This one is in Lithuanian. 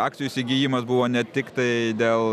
akcijų įsigijimas buvo ne tiktai dėl